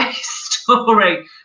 story